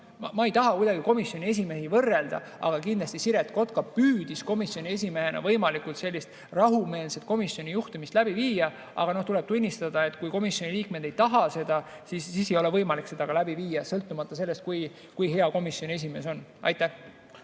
ma ei taha kuidagi komisjoni esimehi võrrelda, aga kindlasti Siret Kotka püüdis komisjoni esimehena võimalikult rahumeelset komisjoni juhtimist läbi viia. Aga tuleb tunnistada, et kui komisjoni liikmed ei taha seda, siis ei ole võimalik seda läbi viia sõltumata sellest, kui hea komisjoni esimees on. Andres